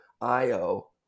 IO